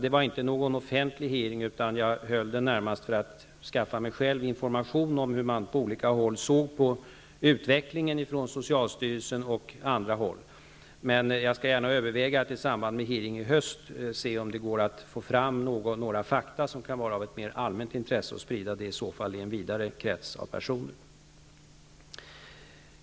Det var inte någon offentlig hearing, utan jag höll den närmast för att skaffa mig information om hur man på olika håll -- bl.a. från socialstyrelsen -- såg på utvecklingen. Jag skall gärna överväga om det i samband med den hearing som skall hållas i höst går att få fram några fakta som kan vara av mer allmänt intresse och sprida dem till en vidare krets av personer.